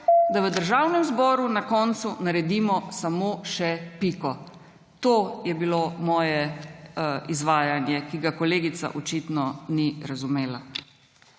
da v Državnem zboru na koncu naredimo samo še piko. To je bilo moje izvajanje, ki ga kolegica očitno ni razumela.